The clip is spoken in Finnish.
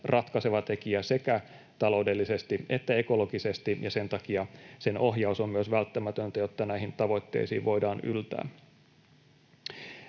ratkaiseva tekijä sekä taloudellisesti että ekologisesti, ja sen takia sen ohjaus on myös välttämätöntä, jotta näihin tavoitteisiin voidaan yltää.